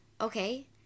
okay